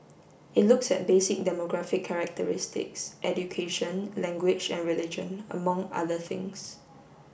it looks at basic demographic characteristics education language and religion among other things